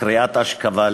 קריאת אשכבה,